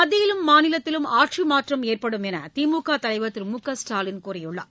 மத்தியிலும் மாநிலத்திலும் ஆட்சிமாற்றம் ஏற்படும் என்றுதிமுகதலைவர் திரு மு க ஸ்டாலின் கூறியுள்ளார்